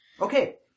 Okay